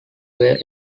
were